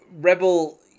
Rebel